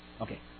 Okay